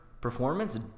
performance